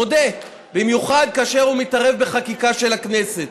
מודה, במיוחד כאשר הוא מתערב בחקיקה של הכנסת.